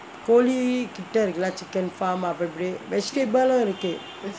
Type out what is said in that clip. கோழி கிட்டே இருக்கு:kozhi kittae irukku lah chicken farm அப்டி அப்டியே: apdi apdiyae vegetable உம் இருக்கு:um irukku